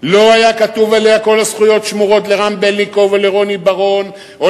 לא היה כתוב עליה "כל הזכויות שמורות" לרם בלינקוב ולרוני בר-און או